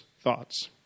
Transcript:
thoughts